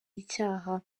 icyaha